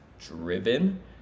driven